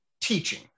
teaching